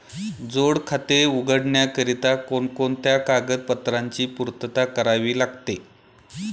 जोड खाते उघडण्याकरिता कोणकोणत्या कागदपत्रांची पूर्तता करावी लागते?